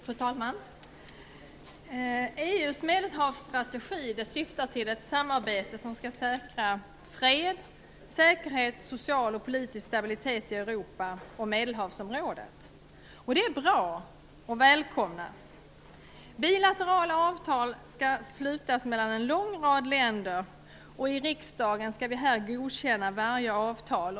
Fru talman! EU:s Medelhavsstrategi syftar till ett samarbete som skall säkra fred, säkerhet samt social och politisk stabilitet i Europa och i Medelhavsområdet. Det är bra och välkommet. Bilaterala avtal skall slutas mellan en lång rad länder, och riksdagen skall godkänna varje avtal.